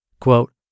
Quote